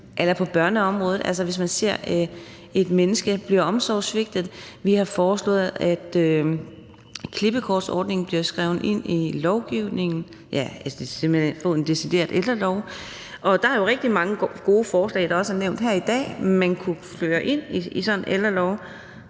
det fra børneområdet, hvis man ser et menneske blive omsorgssvigtet. Vi har foreslået, at klippekortordningen bliver skrevet ind i lovgivningen, og ja, simpelt hen at få en decideret ældrelov, og der er jo rigtig mange gode forslag, der også er nævnt her i dag, og som man kunne føre ind i sådan en ældrelov.